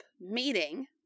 meeting